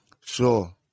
Sure